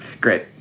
Great